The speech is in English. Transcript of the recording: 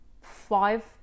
five